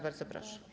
Bardzo proszę.